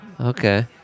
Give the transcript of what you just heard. Okay